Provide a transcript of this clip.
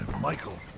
Michael